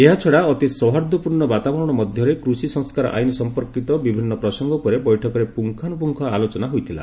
ଏହାଛଡା ଅତି ସୌହାର୍ଦ୍ଦ୍ୟପୂର୍ଣ୍ଣ ବାତାବରଣ ମଧ୍ୟରେ କୃଷି ସଂସ୍କାର ଆଇନ୍ ସମ୍ପର୍କିତ ବିଭିନ୍ନ ପ୍ରସଙ୍ଗ ଉପରେ ବୈଠକରେ ପୁଙ୍ଗାନୁପୁଙ୍ଗ ଆଲୋଚନା ହୋଇଥିଲା